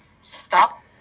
Stop